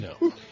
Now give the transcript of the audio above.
No